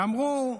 ואמרו: